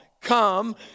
come